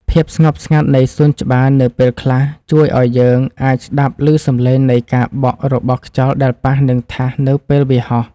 ភាពស្ងប់ស្ងាត់នៃសួនច្បារនៅពេលខ្លះជួយឱ្យយើងអាចស្ដាប់ឮសំឡេងនៃការបក់របស់ខ្យល់ដែលប៉ះនឹងថាសនៅពេលវាហោះ។